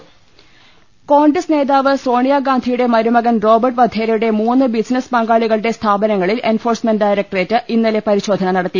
രുട്ടിട്ടിരു കോൺഗ്രസ് നേതാവ് സോണിയാഗാന്ധിയുടെ മരുമകൻ റോബർട്ട് വധേ രയുടെ മൂന്ന് ബിസിനസ് പങ്കാളികളുടെ സ്ഥാപനങ്ങളിൽ എൻഫോഴ്സ്മെന്റ് ഡയറക്ടറേറ്റ് ഇന്നലെ പരിശോധന നടത്തി